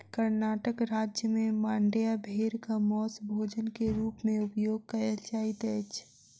कर्णाटक राज्य में मांड्या भेड़क मौस भोजन के रूप में उपयोग कयल जाइत अछि